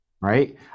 right